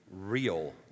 real